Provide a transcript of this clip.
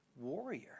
warrior